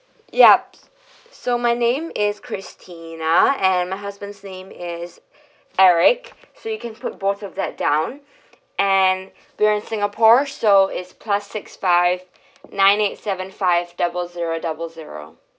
yup so my name is christina and my husband's name is eric so you can put both of that down and we're in singapore so is plus six five nine eight seven five double zero double zero